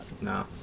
No